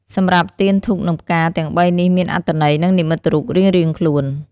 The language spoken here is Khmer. សម្រាប់ ទាន ធូប និងផ្កា ទាំងបីនេះមានអត្ថន័យ នឹងនិមិត្តរូបរៀងៗខ្លួន។